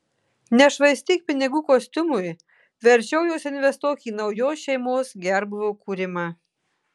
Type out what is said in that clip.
nešvaistyk pinigų kostiumui verčiau juos investuok į naujos šeimos gerbūvio kūrimą